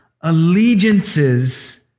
allegiances